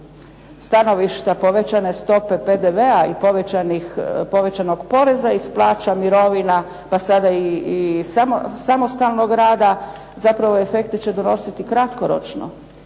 stanovišta povećane stope PDV-a i povećanog poreza iz plaća, mirovina pa sada i samostalnog rada zapravo efekte će donositi kratkoročno.